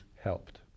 helped